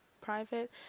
private